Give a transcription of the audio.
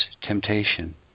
temptation